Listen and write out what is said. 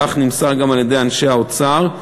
כך נמסר גם על-ידי אנשי האוצר,